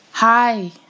Hi